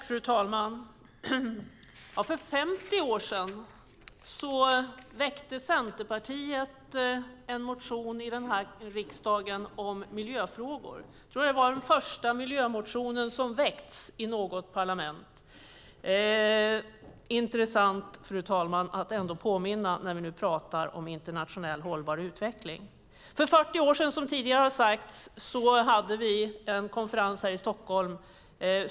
Fru talman! För 50 år sedan väckte Centerpartiet en motion i riksdagen om miljöfrågor. Jag tror att det var den första miljömotion som har väckts i något parlament. Det är intressant, fru talman, att ändå påminna om när vi nu talar om internationell hållbar utveckling. Som tidigare har sagts hade vi för 40 år sedan en konferens här i Stockholm.